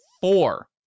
four